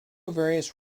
various